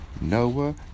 Noah